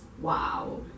Wow